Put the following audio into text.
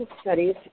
studies